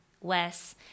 Wes